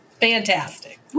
Fantastic